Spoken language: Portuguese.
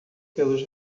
pelos